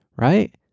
Right